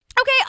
Okay